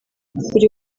buri